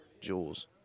jewels